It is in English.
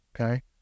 Okay